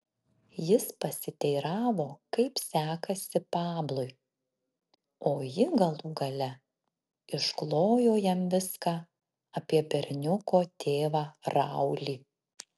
jis pasiteiravo kaip sekasi pablui o ji galų gale išklojo jam viską apie berniuko tėvą raulį